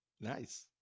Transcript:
Nice